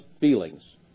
feelings